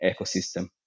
ecosystem